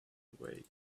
awake